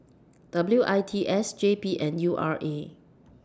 W I T S J P and U R A